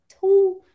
two